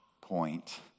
point